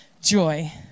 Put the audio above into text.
joy